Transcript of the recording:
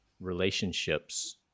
relationships